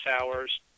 hour's